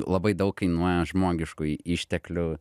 labai daug kainuoja žmogiškųjų išteklių